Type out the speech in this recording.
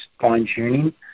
fine-tuning